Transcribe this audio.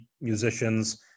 musicians